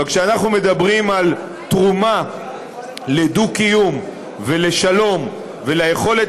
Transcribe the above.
אבל כשאנחנו מדברים על תרומה לדו-קיום ולשלום וליכולת